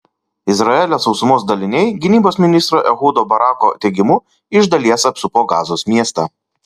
izraelio sausumos daliniai gynybos ministro ehudo barako teigimu iš dalies apsupo gazos miestą